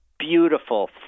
beautiful